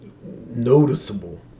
noticeable